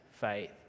faith